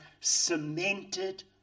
cemented